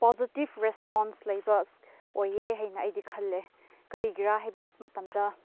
positive response ꯂꯩꯕ ꯑꯣꯏꯌꯦ ꯍꯥꯏꯅ ꯑꯩꯗꯤ ꯈꯜꯂꯦ ꯀꯔꯤꯒꯤꯔꯥ ꯍꯥꯏꯕ ꯃꯇꯝꯗ